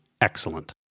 excellent